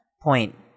point